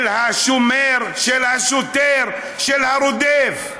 של השומר, של השוטר, של הרודף?